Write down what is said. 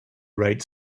write